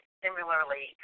similarly